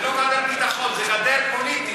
זו לא גדר ביטחון, זו גדר פוליטית.